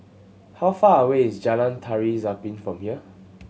how far away is Jalan Tari Zapin from here